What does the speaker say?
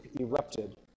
erupted